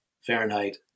Fahrenheit